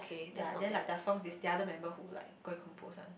yea then like their songs is the other member who like go and compose ah